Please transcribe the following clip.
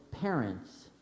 parents